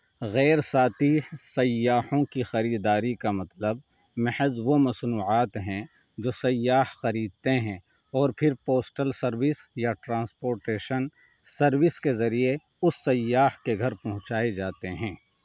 غیر ساتھی سیاحوں کی خریداری کا مطلب محض وہ مصنوعات ہیں جو سیاح خریدتے ہیں اور پھر پوسٹل سروس یا ٹرانسپوٹیشن سروس کے ذریعے اس سیاح کے گھر پہنچائے جاتے ہیں